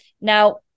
Now